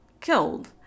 killed